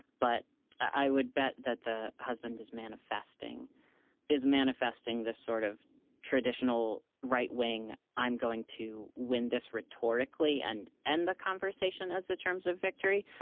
but i would bet that the husband is manifesting is manifesting this sort of traditional right wing. i'm going to win this rhetorically and end the conversation as the terms of victory.